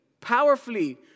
powerfully